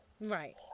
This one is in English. Right